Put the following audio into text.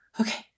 Okay